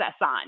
on